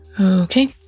Okay